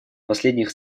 последних